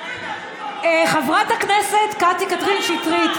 חברת הכנסת קטי קטרין שטרית,